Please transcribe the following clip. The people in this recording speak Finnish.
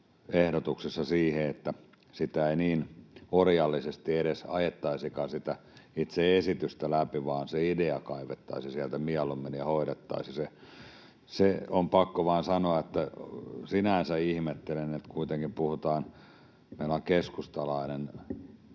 mennä siihen, että ei niin orjallisesti ajettaisikaan sitä itse esitystä läpi vaan mieluummin se idea kaivettaisiin sieltä ja hoidettaisiin. On pakko vain sanoa, että sinänsä ihmettelen, että vaikka meillä on keskustalainen